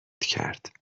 کرد